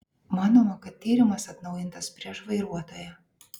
manoma kad tyrimas atnaujintas prieš vairuotoją